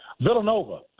Villanova